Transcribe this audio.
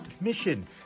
mission